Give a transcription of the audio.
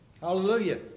Hallelujah